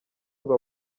ngo